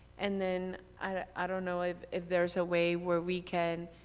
and then i don't know if if there's a way where we can